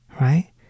right